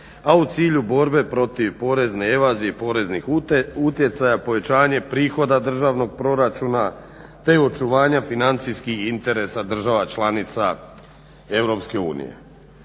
a u cilju borbe protiv porezne evazije i poreznih utjecaja, povećanje prihoda državnog proračuna te očuvanja financijskih interesa država članica